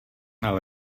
ale